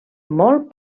molt